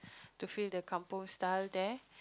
to feel the Kampung style there